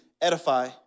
edify